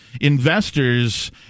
Investors